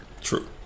True